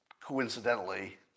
coincidentally